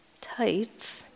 tights